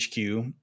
HQ